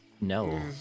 No